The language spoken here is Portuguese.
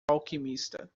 alquimista